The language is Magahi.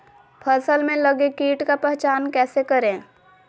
फ़सल में लगे किट का पहचान कैसे करे?